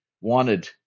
wanted